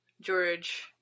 George